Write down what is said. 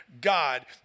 God